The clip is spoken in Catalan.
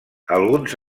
alguns